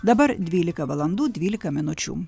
dabar dvylika valandų dvylika minučių